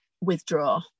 withdraw